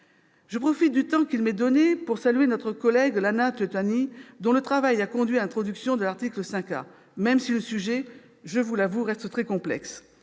Je profite du temps qui m'est donné pour saluer notre collègue Lana Tetuanui, dont le travail a conduit à l'introduction de l'article 5 A, même si le sujet, je l'avoue, reste très complexe.